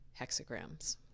hexagrams